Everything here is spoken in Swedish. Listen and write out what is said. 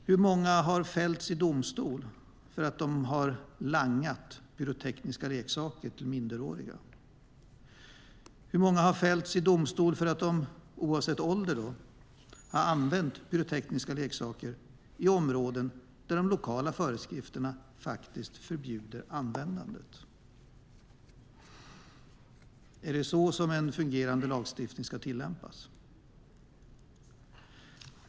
Hur många har fällts i domstol för att de har langat pyrotekniska leksaker till minderåriga? Hur många har fällts i domstol för att de oavsett ålder har använt pyrotekniska leksaker i områden där de lokala föreskrifterna förbjuder användandet? Är det så en fungerande lagstiftning ska tillämpas?